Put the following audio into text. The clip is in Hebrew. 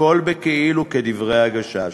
הכול בכאילו, כדברי "הגשש".